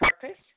purpose